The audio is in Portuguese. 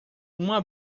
uma